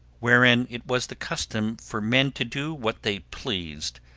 wherein it was the custom for men to do what they pleased,